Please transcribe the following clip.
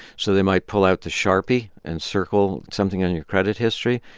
so they might pull out the sharpie and circle something on your credit history.